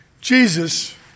Jesus